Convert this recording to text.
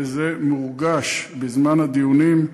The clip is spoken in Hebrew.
וזה מורגש בזמן הדיונים.